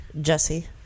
Jesse